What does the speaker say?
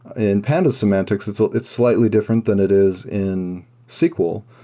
in pandas semantics, it's ah it's slightly different than it is in sql.